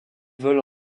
volent